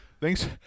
thanks